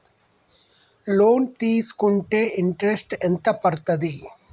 Loan తీస్కుంటే interest ఎంత పడ్తది?